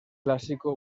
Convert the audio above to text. clásico